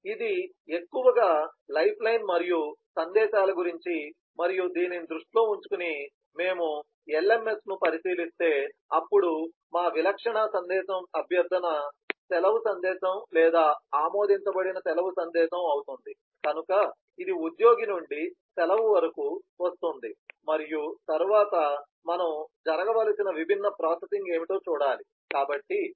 ఇది ఎక్కువగా life line మరియు సందేశాల గురించి మరియు దీనిని దృష్టిలో ఉంచుకుని మేము LMS ను పరిశీలిస్తే అప్పుడు మా విలక్షణ సందేశం అభ్యర్థన సెలవు సందేశం లేదా ఆమోదించబడిన సెలవు సందేశం అవుతుంది కనుక ఇది ఉద్యోగి నుండి సెలవు వరకు వస్తుంది మరియు తరువాత మనము జరగవలసిన విభిన్న ప్రాసెసింగ్ ఏమిటో చూడాలి